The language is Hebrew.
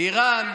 איראן,